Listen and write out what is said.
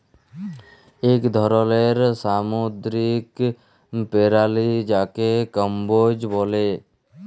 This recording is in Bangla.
ইক ধরলের সামুদ্দিরিক পেরালি যাকে কম্বোজ ব্যলে